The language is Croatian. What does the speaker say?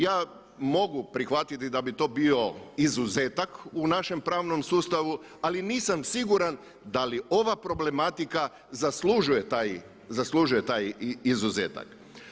Ja mogu prihvatiti da bi to bio izuzetak u našem pravnom sustavu ali nisam siguran da ova problematika zaslužuje taj izuzetak.